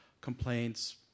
complaints